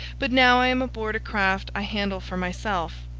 but now i am aboard a craft i handle for myself,